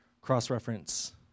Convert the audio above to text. cross-reference